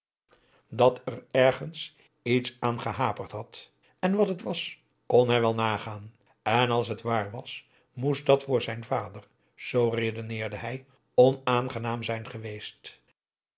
dat er ergens iets aan gehaperd had en wat het was kon hij wel nagaan en als het waar was moest dat voor zijn vader zoo redeneerde hij onaangenaam zijn geweest